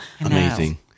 amazing